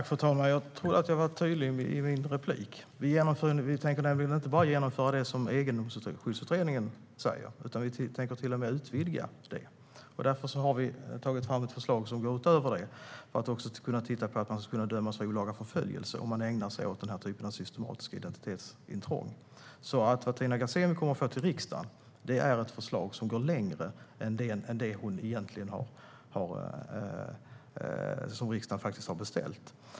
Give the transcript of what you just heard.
Fru talman! Jag tror att jag var tydlig i mitt svar. Vi tänker inte bara genomföra det som Egendomsskyddsutredningen föreslår, utan vi tänker till och med utvidga det. Därför har vi tagit fram ett förslag som går utöver det för att kunna titta på om man också ska kunna dömas för olaga förföljelse om man ägnar sig åt den här typen av systematiskt identitetsintrång. Vad Tina Ghasemi kommer att få till riksdagen är alltså ett förslag som går längre än det som riksdagen har beställt.